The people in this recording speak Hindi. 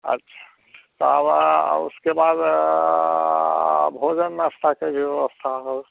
अच्छा तावा उसके बाद भोजन व्यवस्था का जो व्यवस्था हो